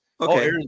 Okay